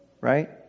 Right